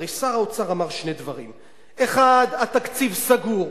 הרי שר האוצר אמר שני דברים: האחד, התקציב סגור.